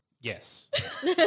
Yes